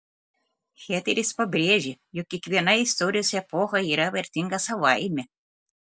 hederis pabrėžė jog kiekviena istorijos epocha yra vertinga savaime